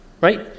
Right